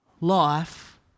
life